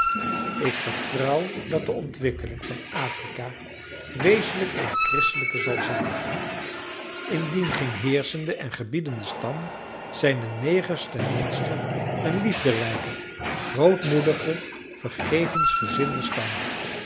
ik vertrouw dat de ontwikkeling van afrika wezenlijk eene christelijke zal zijn indien geen heerschende en gebiedende stam zijn de negers ten minste een liefderijke grootmoedige vergevensgezinde stam